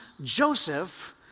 Joseph